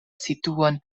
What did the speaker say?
situon